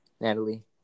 Natalie